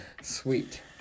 Sweet